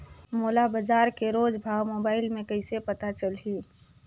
मोला बजार के रोज भाव मोबाइल मे कइसे पता चलही?